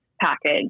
package